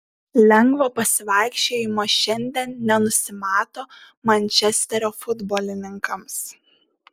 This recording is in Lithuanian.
lengvo pasivaikščiojimo šiandien nenusimato mančesterio futbolininkams